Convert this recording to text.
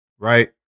Right